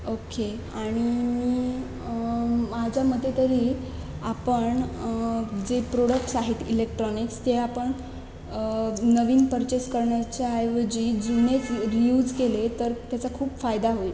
okay आणि मी माझ्या मते तरी आपण जे प्रोडक्ट्स आहेत इलेक्ट्रॉनिक्स ते आपण नवीन पर्चेस करण्याच्याऐवजी जुनेच रियूज केले तर त्याचा खूप फायदा होईल